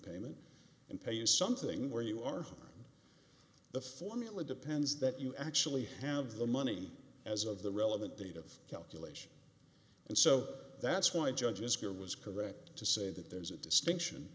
prepayment and pay you something where you are on the formula depends that you actually have the money as of the relevant date of calculation and so that's why judges care was correct to say that there's a distinction